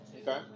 Okay